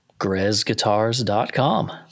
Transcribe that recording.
GrezGuitars.com